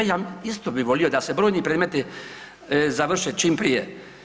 Ja isto bi volio da se brojni predmeti završe čim prije.